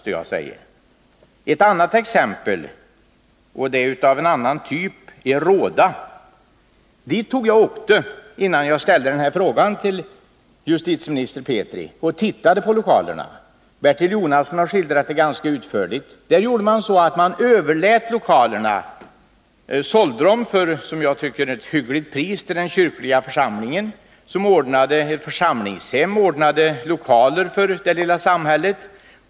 Ett annat exempel är av en annan typ. Det gäller Råda. Dit reste jag, innan jag ställde denna fråga till justitieminister Petri, och tittade på lokalerna. Bertil Jonasson har skildrat detta fall ganska utförligt. I Råda sålde man lokalerna för ett som jag tycker hyggligt pris till den kyrkliga församlingen, som anordnade ett församlingshem och inrättade lokaler för det lilla samhället.